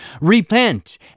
Repent